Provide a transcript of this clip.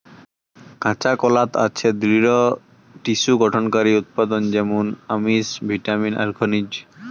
কাঁচাকলাত আছে দৃঢ টিস্যু গঠনকারী উপাদান য্যামুন আমিষ, ভিটামিন আর খনিজ